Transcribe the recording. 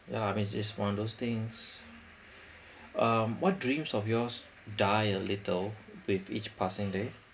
yeah I mean it's just one of those things um what dreams of yours die a little with each passing day